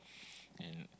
and